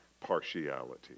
partiality